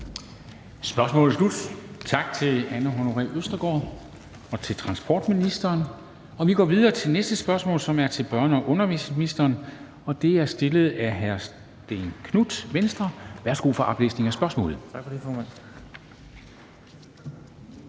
Spørgsmålet er slut. Tak til Anne Honoré Østergaard og til transportministeren. Vi går videre til det næste spørgsmål, som er til børne- og undervisningsministeren, og det er stillet af hr. Stén Knuth, Venstre. Kl. 13:07 Spm. nr. S 63 2) Til børne- og